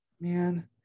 Man